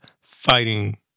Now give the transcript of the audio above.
fighting